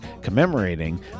commemorating